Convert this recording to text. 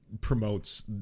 promotes